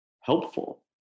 helpful